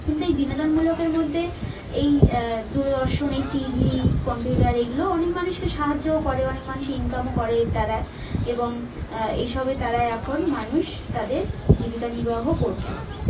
কিন্তু এই বিনোদনমূলকের মধ্যে এই দূরদর্শন এই টিভি কম্পিউটার এইগুলোও অনেক মানুষকে সাহায্যও করে অনেক মানুষ ইনকামও করে এর দ্বারা এবং এই সবের দ্বারায় এখন মানুষ তাদের জীবিকা নির্বাহ করছে